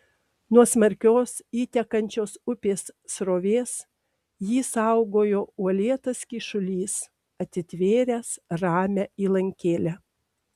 nuo smarkios įtekančios upės srovės jį saugojo uolėtas kyšulys atitvėręs ramią įlankėlę